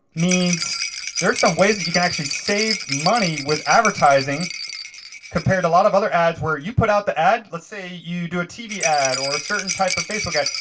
means there's some ways that you can actually save money with advertising compared to a lot of other ads where you put out the ad, let's say you do a tv ad or a certain type of facebook ad,